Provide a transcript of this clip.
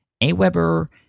AWeber